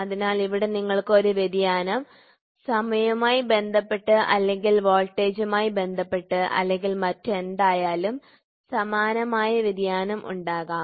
അതിനാൽ ഇവിടെ നിങ്ങൾക്ക് ഒരു വ്യതിയാനം സമയവുമായി ബന്ധപ്പെട്ട് അല്ലെങ്കിൽ വോൾട്ടേജുമായി ബന്ധപ്പെട്ട് അല്ലെങ്കിൽ മറ്റ് എന്തായാലും സമാനമായ വ്യതിയാനം ഉണ്ടാകാം